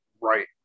right